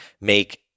make